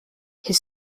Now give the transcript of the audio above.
his